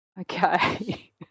Okay